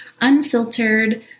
unfiltered